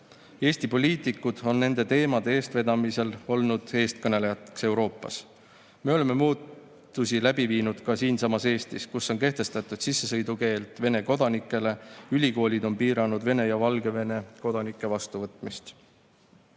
Eesti poliitikud on nende teemade eestvedamisel olnud eestkõnelejad Euroopas. Me oleme muutusi läbi viinud ka siinsamas Eestis, kus on kehtestatud sissesõidukeeld Vene kodanikele, ülikoolid on piiranud Venemaa ja Valgevene kodanike vastuvõtmist.